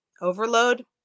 Overload